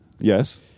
Yes